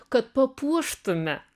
kad papuoštume